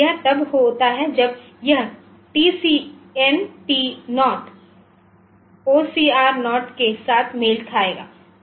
इसलिए यह तब होता है जब यह TCNT0 OCR0 के साथ मेल खाएगा